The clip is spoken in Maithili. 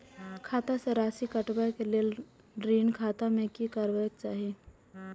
खाता स राशि कटवा कै लेल ऋण खाता में की करवा चाही?